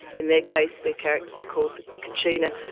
in their case their characters are called the kachina.